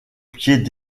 pied